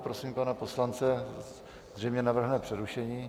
Prosím pana poslance, zřejmě navrhne přerušení.